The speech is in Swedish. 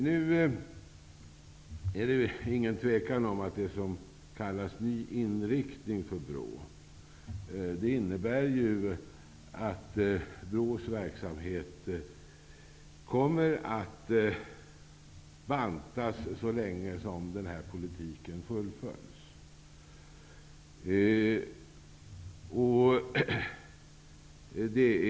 Det är inget tvivel om att det som nu kallas ny inriktning för BRÅ innebär att BRÅ:s verksamhet kommer att bantas så länge som den påbörjade politiken fullföljs.